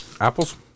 apples